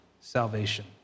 salvation